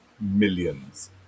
millions